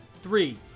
Three